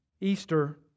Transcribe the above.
Easter